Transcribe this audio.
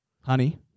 honey